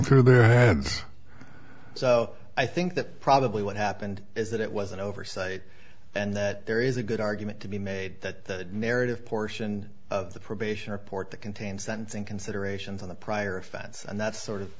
through their heads so i think that probably what happened is that it was an oversight and that there is a good argument to be made that the narrative portion of the probation report that contained sentencing considerations in the prior offense and that sort of